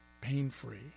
pain-free